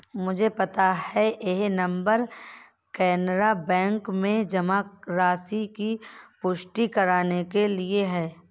मुझे पता है यह नंबर कैनरा बैंक में जमा राशि की पुष्टि करने के लिए है